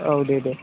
औ दे दे